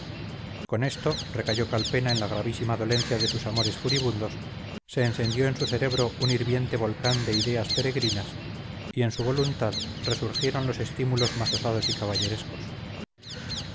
con esto recayó calpena en la gravísima dolencia de sus amores furibundos se encendió en su cerebro un hirviente volcán de ideas peregrinas y en su voluntad resurgieron los estímulos más osados y caballerescos